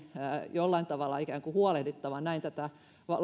jollain tavalla huolehdittava tästä näin tätä